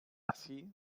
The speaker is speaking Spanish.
así